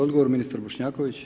Odgovor, ministar Bošnjaković.